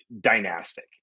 dynastic